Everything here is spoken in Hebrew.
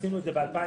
עשינו את זה ב-2019,